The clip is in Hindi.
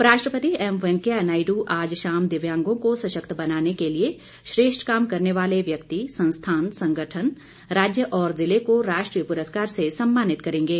उपराष्ट्रपति एम वेंकैया नायडू आज शाम दिव्यांगों को सशक्त बनाने के लिए श्रेष्ठ काम करने वाले व्यक्ति संस्थान संगठन राज्य और जिले को राष्ट्रीय पुरस्कार से सम्मानित करेंगे